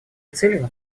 целью